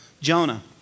Jonah